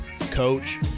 Coach